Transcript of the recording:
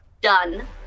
done